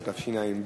התשע"ב,